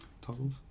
Toggles